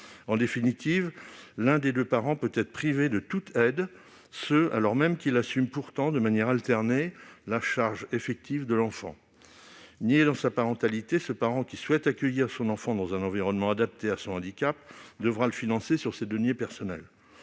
En définitive, l'un des deux parents peut être privé de toute aide, et ce alors même qu'il assume pourtant, de manière alternée, la charge effective de l'enfant. Nié dans sa parentalité, ce parent qui souhaite accueillir son enfant dans un environnement adapté à son handicap devra le financer sur ses deniers personnels.